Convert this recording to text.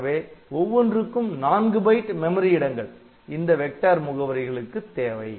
ஆகவே ஒவ்வொன்றுக்கும் நான்கு பைட் மெமரி இடங்கள் இந்த வெக்டர் முகவரிகளுக்கு தேவை